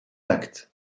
acte